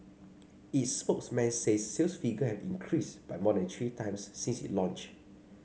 its spokesman says sales figure have increased by more than three times since it launched